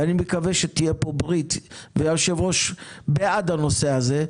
ואני מקווה שתהיה פה ברית והיושב-ראש בעד הנושא הזה,